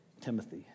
Timothy